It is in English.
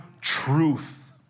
truth